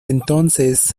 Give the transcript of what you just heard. entonces